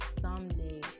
someday